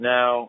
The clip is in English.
Now